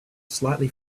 slightly